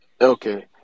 okay